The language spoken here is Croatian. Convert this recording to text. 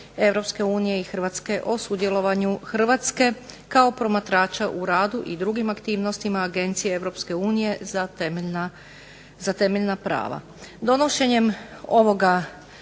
Europske unije o sudjelovanju Hrvatske kao promatrača u radu i drugim aktivnostima Agencije Europske unije za temeljna prava.